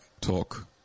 Talk